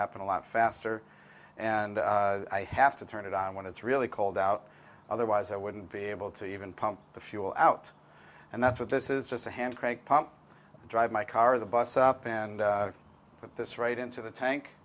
happen a lot faster and i have to turn it on when it's really cold out otherwise i wouldn't be able to even pump the fuel out and that's what this is just a hand crank pump drive my car the bus up and put this right into the tank